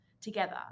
together